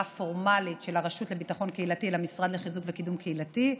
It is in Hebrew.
הפורמלית של הרשות לביטחון קהילתי למשרד לחיזוק וקידום קהילתי.